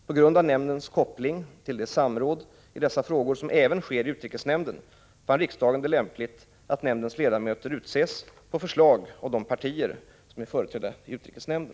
På grund av nämndens koppling till det samråd i dessa frågor som även sker i utrikesnämnden fann riksdagen det lämpligt att nämndens ledamöter utses på förslag av de partier som är företrädda i utrikesnämnden.